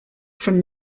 from